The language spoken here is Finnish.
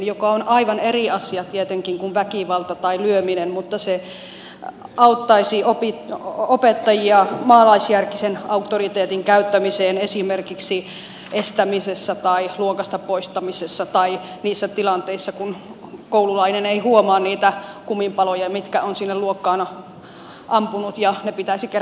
se on aivan eri asia tietenkin kuin väkivalta tai lyöminen mutta se auttaisi opettajia maalaisjärkisen auktoriteetin käyttämiseen esimerkiksi estämisessä tai luokasta poistamisessa tai niissä tilanteissa kun koululainen ei huomaa niitä kuminpaloja mitkä on sinne luokkaan ampunut ja ne pitäisi kerätä pois